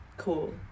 cool